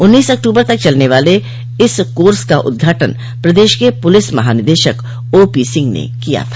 उन्नीस अक्टूबर तक चलने वाले इस कोर्स का उद्घाटन प्रदेश के पुलिस महानिदेशक ओपी सिंह ने किया था